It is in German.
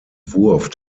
wurf